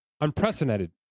Unprecedented